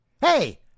Hey